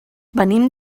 venim